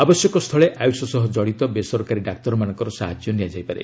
ଆବଶ୍ୟକ ସ୍ଥଳେ ଆୟୁଷ ସହ କଡ଼ିତ ବେସରକାରୀ ଡାକ୍ତରମାନଙ୍କର ସାହାଯ୍ୟ ନିଆଯାଇପାରେ